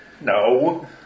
No